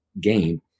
game